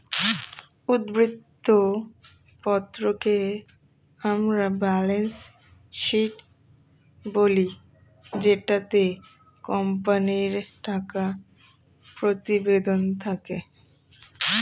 উদ্ধৃত্ত পত্রকে আমরা ব্যালেন্স শীট বলি জেটাতে কোম্পানির টাকা প্রতিবেদন থাকে